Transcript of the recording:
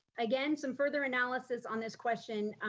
again, some further analysis on this question